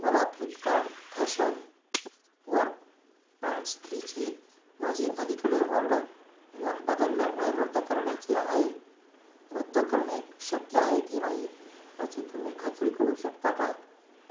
मला फ्लिपकार्ट फॅशनवर पँन्ट्स आधीची माझी अलीकडील ऑर्डर मन बदलल्यामुळे रद्द करण्याची आहे रद्द करणे शक्य आहे की नाही याची तुम्ही खात्री करू शकता का